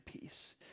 peace